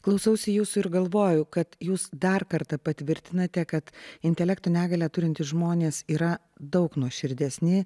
klausausi jūsų ir galvoju kad jūs dar kartą patvirtinate kad intelekto negalią turintys žmonės yra daug nuoširdesni